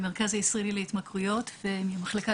מהמרכז הישראלי להתמכרויות ומהמחלקה